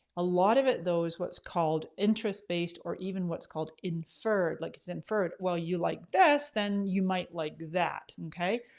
a lot of it those what's called interest based or even what's called inferred, like it's inferred. well you like this then you might like that, okay?